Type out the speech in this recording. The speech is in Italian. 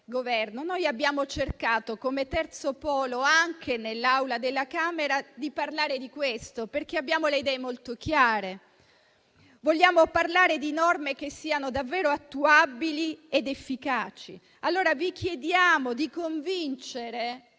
noi abbiamo cercato, come terzo polo, anche nell'Aula della Camera di parlare di questo, perché abbiamo le idee molto chiare: vogliamo parlare di norme che siano davvero attuabili ed efficaci. Vi chiediamo quindi di convincere,